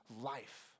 life